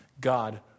God